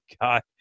god